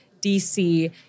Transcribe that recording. DC